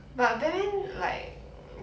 but batman like